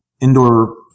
indoor